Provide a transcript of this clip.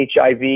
HIV